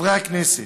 חברי הכנסת,